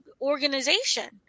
organization